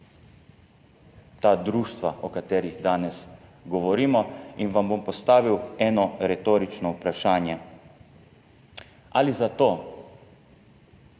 ta društva, o katerih danes govorimo, in vam bom postavil eno retorično vprašanje. Ali sem